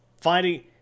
finding